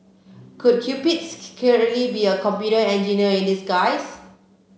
could Cupids be a computer engineer in disguise